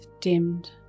dimmed